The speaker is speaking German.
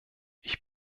ich